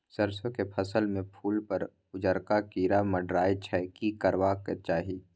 सरसो के फसल में फूल पर उजरका कीरा मंडराय छै की करबाक चाही?